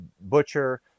butcher